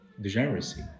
degeneracy